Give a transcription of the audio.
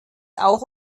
auch